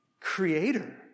creator